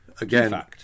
again